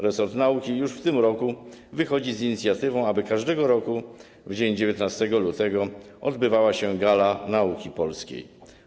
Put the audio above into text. Resort nauki już w tym roku wychodzi z inicjatywą, aby każdego roku dnia 19 lutego odbywała się gala nauki polskiej.